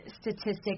statistics